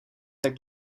tak